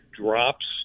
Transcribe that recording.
drops